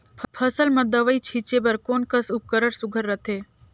फसल म दव ई छीचे बर कोन कस उपकरण सुघ्घर रथे?